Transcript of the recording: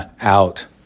out